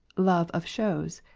love of shows.